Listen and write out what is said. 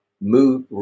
move